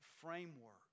framework